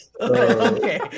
Okay